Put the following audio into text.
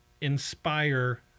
inspire